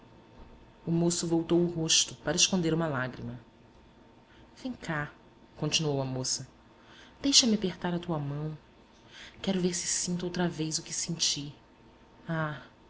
o moço voltou o rosto para esconder uma lágrima vem cá continuou a moça deixa-me apertar a tua mão quero ver se sinto outra vez o que senti ah